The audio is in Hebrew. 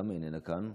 איננה כאן,